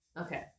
Okay